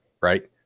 right